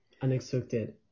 Unexpected